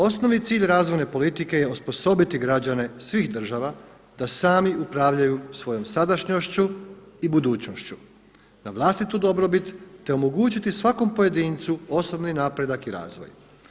Osnovni cilj razvojne politike je osposobiti građane svih država da sami upravljaju svojom sadašnjošću i budućnošću na vlastitu dobrobit, te omogućiti svakom pojedincu osobni napredak i razvoj.